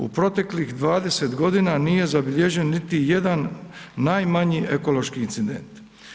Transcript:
U proteklih 20.g. nije zabilježen niti jedan najmanji ekološki incident.